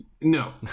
no